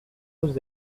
aux